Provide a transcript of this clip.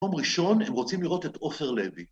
‫מקום ראשון הם רוצים לראות ‫את עופר לוי.